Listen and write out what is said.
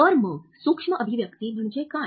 तर मग सूक्ष्म अभिव्यक्ती म्हणजे काय